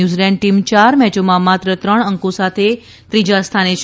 New Zealand team ચાર મેચોમાં માત્ર ત્રણ અંકો સાથે ત્રીજા સ્થાને છે